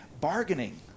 Bargaining